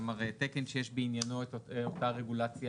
כלומר תקן שיש בעניינו את אותה רגולציה